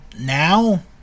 now